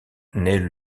naît